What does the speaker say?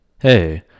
Hey